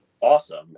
awesome